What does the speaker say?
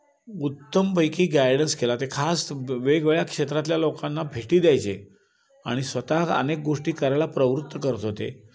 उत्तमपैकी guidance केला ते खास वेगवेगळ्या क्षेत्रातल्या लोकांना भेटी द्यायचे आणि स्वतः अनेक गोष्टी करायला प्रवृत्त करत होते